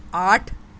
آٹھ